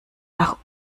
nach